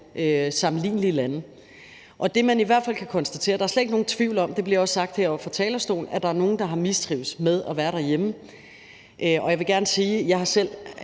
sammenlignelige lande. Det, man i hvert fald kan konstatere, er – og der er slet ikke nogen tvivl om det, og det blev også sagt heroppe fra talerstolen – at der er nogle, der har mistrivedes med at være derhjemme. Jeg vil gerne sige, at jeg selv